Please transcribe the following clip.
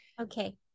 okay